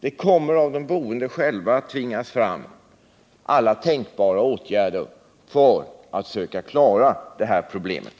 De boende själva kommer att tvinga fram alla tänkbara åtgärder för att försöka klara det här problemet.